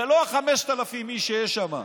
זה לא ה-5,000 איש שיש שם.